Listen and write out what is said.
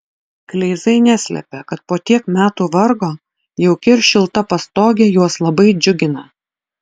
kleizai neslepia kad po tiek metų vargo jauki ir šilta pastogė juos labai džiugina